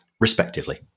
respectively